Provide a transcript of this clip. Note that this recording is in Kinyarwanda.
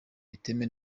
bitemewe